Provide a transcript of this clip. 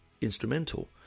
instrumental